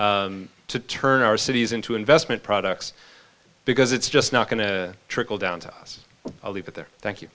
to turn our cities into investment products because it's just not going to trickle down to us i'll leave it there thank you